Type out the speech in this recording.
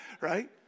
right